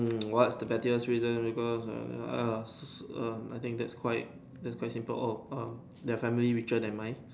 mm what is the pettiest reason because I think that is quite that is quite simple oh um their family richer than mine